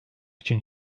için